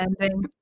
ending